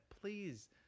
please